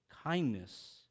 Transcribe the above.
kindness